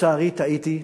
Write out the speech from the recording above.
לצערי טעיתי,